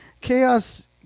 chaos